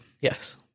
Yes